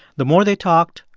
the more they talked,